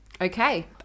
Okay